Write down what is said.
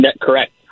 Correct